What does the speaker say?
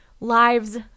lives